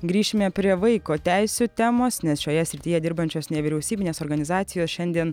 grįšime prie vaiko teisių temos nes šioje srityje dirbančios nevyriausybinės organizacijos šiandien